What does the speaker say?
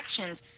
actions